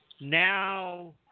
now